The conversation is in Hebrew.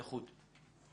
לחוד.